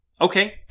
okay